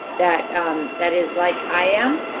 that um that is like i am,